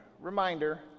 reminder